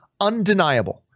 undeniable